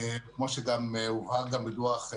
כמו שהובהר גם בדוח,